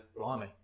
Blimey